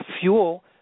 fuel